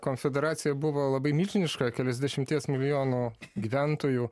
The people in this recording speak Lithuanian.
konfederacija buvo labai milžiniška keliasdešimties milijonų gyventojų